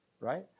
right